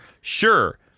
Sure